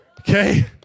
okay